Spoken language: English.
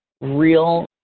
real